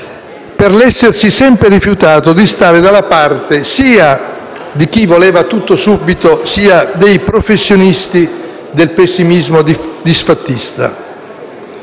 per l'essersi sempre rifiutato di stare dalla parte sia di chi voleva tutto subito, sia dei professionisti del pessimismo disfattista.